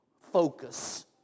focus